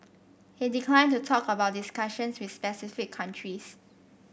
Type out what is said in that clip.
he declined to talk about discussions with specific countries